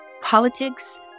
politics